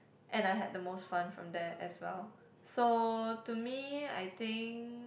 and I had the most fun from there as well so to me I think